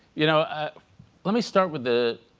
you know ah let me start with the